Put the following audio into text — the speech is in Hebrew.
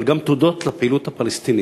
אבל גם תודות לפעילות הפלסטינית,